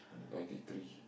ninety three